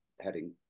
heading